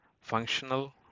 Functional